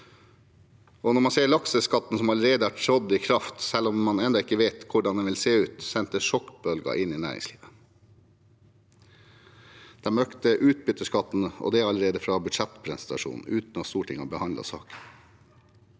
Når man ser på lakseskatten som allerede har trådt i kraft, selv om man ennå ikke vet hvordan den vil se ut, sendte den sjokkbølger inn i næringslivet – regjeringen økte utbytteskatten og det allerede fra budsjettpresentasjonen, uten at Stortinget har behandlet saken.